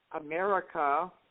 America